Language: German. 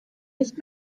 nicht